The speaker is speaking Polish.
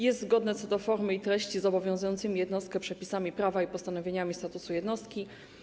Jest zgodne co do formy i treści z obowiązującymi jednostkę przepisami prawa i postanowieniami statutu jednostki.